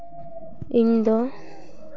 ᱤᱧ ᱫᱚ